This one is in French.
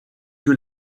que